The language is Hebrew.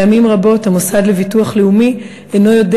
פעמים רבות המוסד לביטוח לאומי אינו יודע